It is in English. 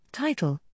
Title